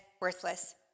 worthless